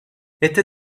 este